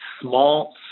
small